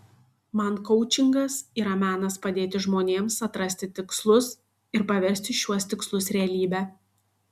man koučingas yra menas padėti žmonėms atrasti tikslus ir paversti šiuos tikslus realybe